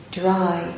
dry